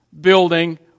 building